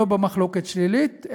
לא במחלוקת שלילית,